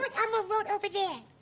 but elmo wrote over there.